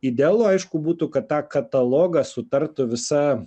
idealu aišku būtų kad tą katalogą sutartų visa